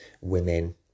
women